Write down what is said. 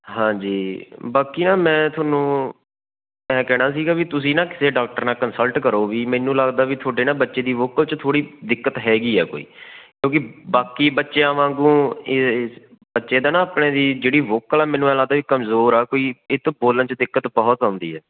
ਹਾਂਜੀ ਬਾਕੀ ਨਾ ਮੈਂ ਤੁਹਾਨੂੰ ਐਂ ਕਹਿਣਾ ਸੀਗਾ ਵੀ ਤੁਸੀਂ ਨਾ ਕਿਸੇ ਡਾਕਟਰ ਨਾਲ ਕੰਸਲਟ ਕਰੋ ਵੀ ਮੈਨੂੰ ਲੱਗਦਾ ਵੀ ਤੁਹਾਡੇ ਨਾ ਬੱਚੇ ਦੀ ਵੋਕਲ 'ਚ ਥੋੜ੍ਹੀ ਦਿੱਕਤ ਹੈਗੀ ਹੈ ਕੋਈ ਕਿਉਂਕਿ ਬਾਕੀ ਬੱਚਿਆਂ ਵਾਂਗੂ ਇਹ ਬੱਚੇ ਦਾ ਨਾ ਆਪਣੇ ਦੀ ਜਿਹੜੀ ਵੋਕਲ ਹੈ ਮੈਨੂੰ ਐਂ ਲੱਗਦਾ ਕਮਜ਼ੋਰ ਹੈ ਕੋਈ ਇਹਨੂੰ ਬੋਲਣ 'ਚ ਦਿੱਕਤ ਬਹੁਤ ਆਉਂਦੀ ਹੈ